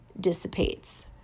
dissipates